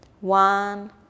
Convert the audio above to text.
one